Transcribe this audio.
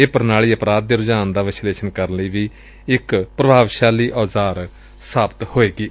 ਇਹ ਪ੍ਰਣਾਲੀ ਅਪਰਾਧ ਦੇ ਰੁਝਾਨ ਦਾ ਵਿਸ਼ਲੇਸ਼ਣ ਕਰਨ ਲਈ ਇਕ ਪ੍ਰਭਾਵੀ ਔਜਾਰ ਸਾਬਤ ਹੋਵੇਗੀ